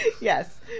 Yes